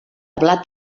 blat